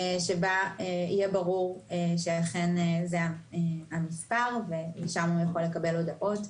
שיהיה ברור שאכן זה המספר ולשם הוא יכול לקבל הודעות.